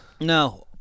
No